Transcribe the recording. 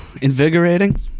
invigorating